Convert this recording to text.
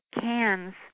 cans